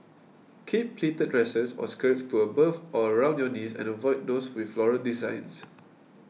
keep pleated dresses or skirts to above or around your knees and avoid those with floral designs